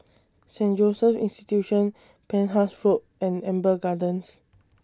Saint Joseph's Institution Penhas Road and Amber Gardens